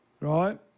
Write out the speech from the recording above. right